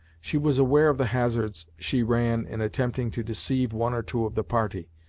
she was aware of the hazards she ran in attempting to deceive one or two of the party,